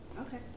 Okay